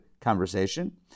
conversation